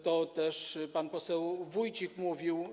To także pan poseł Wójcik mówił.